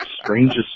Strangest